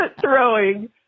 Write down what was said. throwing